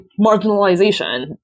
marginalization